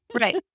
Right